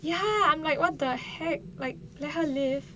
ya like what the heck like let her live